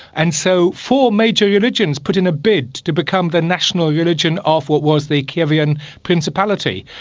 and so four major religions put in a bid to become the national religion of what was the kievan principality.